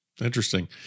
Interesting